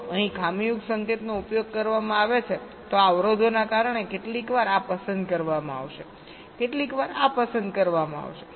જો અહીં ખામીયુક્ત સંકેતનો ઉપયોગ કરવામાં આવે છે તો આ અવરોધોને કારણે કેટલીકવાર આ પસંદ કરવામાં આવશે કેટલીકવાર આ પસંદ કરવામાં આવશે